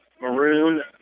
maroon